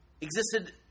existed